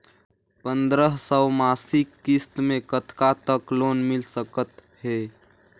पंद्रह सौ मासिक किस्त मे कतका तक लोन मिल सकत हे?